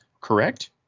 Correct